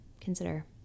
consider